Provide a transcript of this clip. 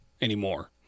Anymore